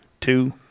two